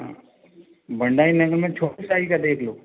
हाँ भंडारी नगर में छोटी साइज़ है देख लो